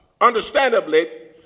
understandably